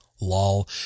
Lol